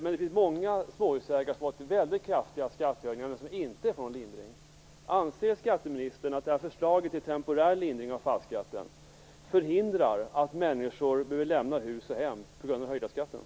Det finns dock många småhusägare som har fått väldigt kraftiga skattehöjningar men som inte har fått någon lindring.